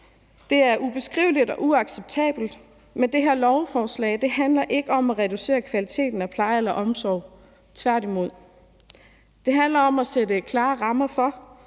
Det er ubeskriveligt og uacceptabelt, men det her lovforslag handler ikke om at reducere kvaliteten af pleje eller omsorg, tværtimod. Det handler om at sætte klare rammer for,